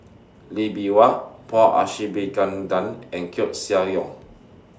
Lee Bee Wah Paul and Koeh Sia Yong